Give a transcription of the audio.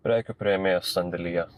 prekių priėmėjas sandėlyje